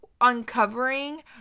uncovering